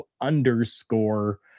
underscore